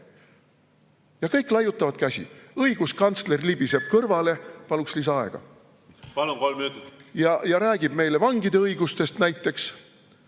Kõik laiutavad käsi, õiguskantsler libiseb kõrvale … Paluksin lisaaega. Palun, kolm minutit. … ja räägib meile vangide õigustest näiteks.